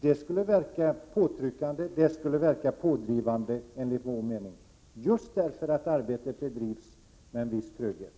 Det skulle verka påtryckande och pådrivande, enligt vår mening, just därför att det hela sker med en viss tröghet.